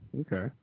okay